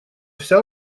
вся